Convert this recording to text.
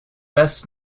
best